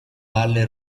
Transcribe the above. valle